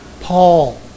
Paul